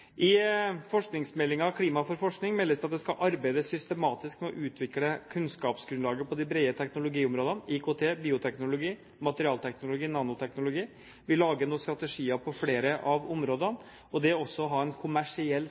I forskningsmeldingen, Klima for forskning, meldes det at det skal arbeides systematisk med å utvikle kunnskapsgrunnlaget på de brede teknologiområdene IKT, bioteknologi og materialteknologi/nanoteknologi. Vi lager nå strategier på flere av områdene, og det også å ha en kommersiell